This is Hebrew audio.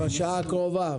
תעשו אותם בשעה הקרובה.